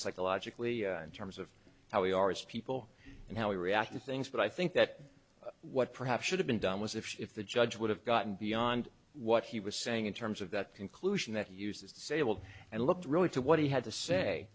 psychologically in terms of how we are as people and how we react to things but i think that what perhaps should have been done was if the judge would have gotten beyond what he was saying in terms of that conclusion that he uses disabled and looked really to what he had to say